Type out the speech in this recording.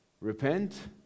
Repent